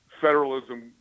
federalism